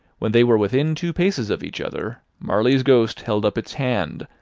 when they were within two paces of each other, marley's ghost held up its hand,